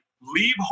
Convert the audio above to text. leave